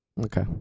Okay